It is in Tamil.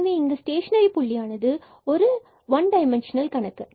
எனவே இங்கு ஸ்டேஷனரி புள்ளியானது ஒரு ஒன் டைமன்சனல் கணக்கு